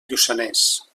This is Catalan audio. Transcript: lluçanès